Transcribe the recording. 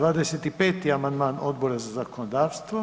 25. amandman Odbora za zakonodavstvo.